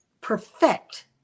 perfect